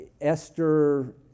Esther